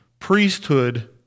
Priesthood